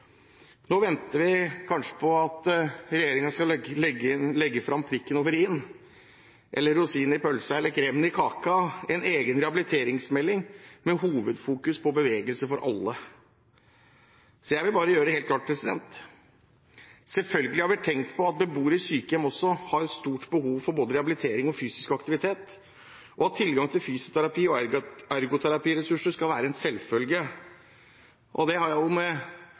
Nå venter vi kanskje på at regjeringen skal legge fram prikken over i-en, rosinen i pølsa eller kremen i kaka: en egen rehabiliteringsmelding med hovedfokus på bevegelse for alle. Jeg vil bare gjøre det helt klart: Selvfølgelig har vi tenkt på at beboere i sykehjem også har stort behov for både rehabilitering og fysisk aktivitet, og at tilgang til fysioterapi og ergoterapiressurser skal være en selvfølge. Det har